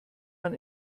man